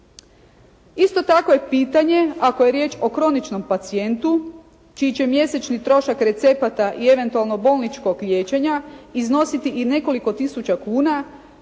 Isto tako je pitanje, ako je riječ o kroničnom pacijentu, čiji će mjesečni trošak recepata i eventualno bolničkog liječenja iznositi i nekoliko tisuća kuna